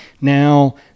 now